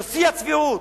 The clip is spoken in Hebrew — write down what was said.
זה שיא הצביעות.